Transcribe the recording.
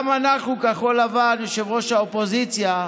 גם אנחנו, כחול לבן, יושב-ראש האופוזיציה,